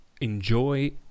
enjoy